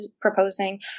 proposing